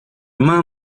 main